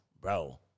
Bro